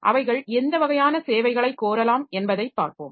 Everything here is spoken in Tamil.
அவைகள் எந்த வகையான சேவைகளைக் கோரலாம் என்பதைப் பார்ப்போம்